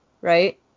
Right